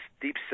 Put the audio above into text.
deep